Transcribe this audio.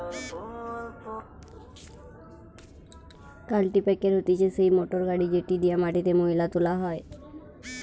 কাল্টিপ্যাকের হতিছে সেই মোটর গাড়ি যেটি দিয়া মাটিতে মোয়লা তোলা হয়